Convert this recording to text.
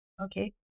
Okay